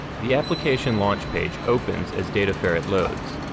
the application launch page opens as dataferrett loads.